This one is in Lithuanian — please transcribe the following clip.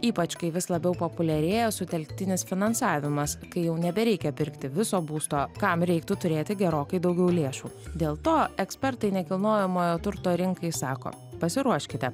ypač kai vis labiau populiarėjantis sutelktinis finansavimas kai jau nebereikia pirkti viso būsto kam reiktų turėti gerokai daugiau lėšų dėl to ekspertai nekilnojamojo turto rinkai sako pasiruoškite